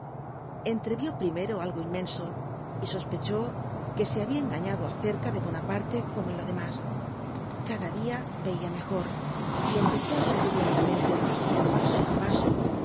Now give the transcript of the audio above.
entrevio primero algo inmenso y sospechó que se habia engañado acerca de bonaparte como en lo demás cada dia veia mejor y empezó á subir lentamente paso á paso